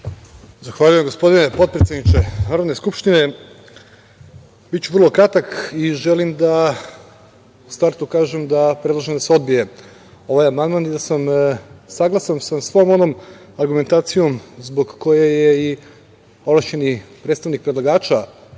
Zahvaljujem, gospodine potpredsedniče Narodne skupštine. Vrlo ću kratko. Želim u startu da kažem da predlažem da se odbije ovaj amandman i da sam saglasan sa svom onom argumentacijom zbog koje je i ovlašćeni predstavnik predlagača